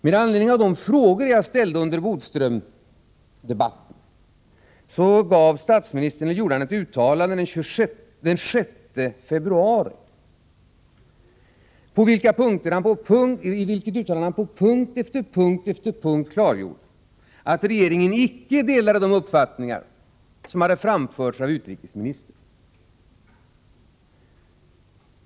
Med anledning av de frågor jag ställde under Bodströmdebatten gjorde statsministern ett uttalande den 6 februari, i vilket uttalande han på punkt efter punkt klargjorde att regeringen icke delade de uppfattningar som hade framförts av utrikesministern.